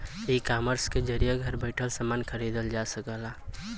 ecommerce के जरिये घर बैइठे समान खरीदल जा सकला